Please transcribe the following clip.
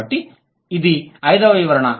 కాబట్టి ఇది ఐదవ వివరణ